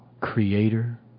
Creator